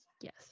Yes